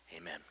Amen